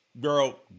girl